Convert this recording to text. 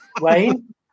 Wayne